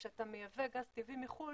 כשאתה מייבא גז טבעי מחוץ לארץ,